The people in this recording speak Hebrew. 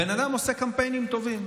הבן אדם עושה קמפיינים טובים.